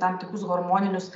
tam tikrus hormoninius